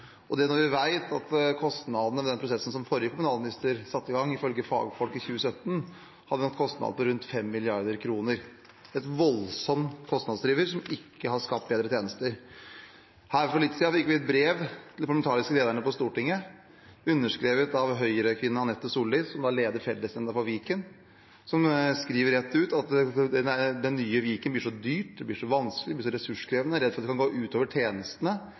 og det når vi vet at kostnadene ved den prosessen som forrige kommunalminister satte i gang i 2017, ifølge fagfolk var på rundt 5 mrd. kr. Det er en voldsom kostnadsdriver som ikke har skapt bedre tjenester. Her for litt siden fikk de parlamentariske lederne på Stortinget et brev underskrevet av Høyre-kvinnen Anette Solli, som leder fellesnemnda for Viken, som skriver rett ut at det nye Viken blir så dyrt, så vanskelig og så ressurskrevende at hun er redd det kan gå ut over tjenestene